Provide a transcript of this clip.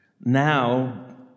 now